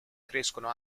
crescono